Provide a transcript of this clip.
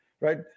right